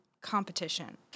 competition